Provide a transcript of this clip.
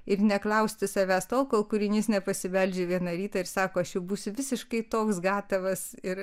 ir neklausti savęs tol kol kūrinys nepasibeldžia vieną rytą ir sako aš būsiu visiškai toks gatavas ir